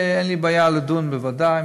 אין לי בעיה לדון בוועדה,